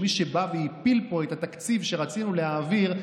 מי שבא והפיל פה את התקציב שרצינו להעביר,